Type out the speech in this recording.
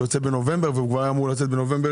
שיוצא בנובמבר הוא כבר היה אמור לצאת בנובמבר